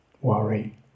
worry